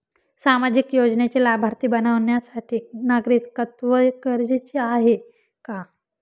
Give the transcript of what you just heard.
सामाजिक योजनेचे लाभार्थी बनण्यासाठी नागरिकत्व गरजेचे आहे का?